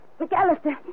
McAllister